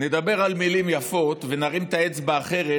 נדבר על מילים יפות ונרים את האצבע אחרת,